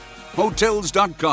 Hotels.com